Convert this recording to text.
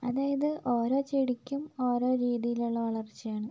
അതായത് ഓരോ ചെടിക്കും ഓരോ രീതിയിലുള്ള വളർച്ചയാണ്